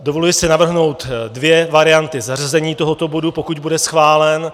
Dovoluji si navrhnout dvě varianty zařazení tohoto bodu, pokud bude schválen.